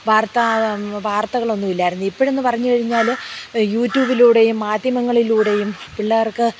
വാർത്താ വാർത്തകളൊന്നും ഇല്ലായിരുന്നു ഇപ്പോഴെന്ന് പറഞ്ഞു കഴിഞ്ഞാൽ യൂട്യൂബിലൂടെയും മാധ്യമങ്ങളിലൂടെയും പിള്ളേർക്ക്